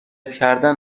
کردن